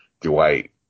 Dwight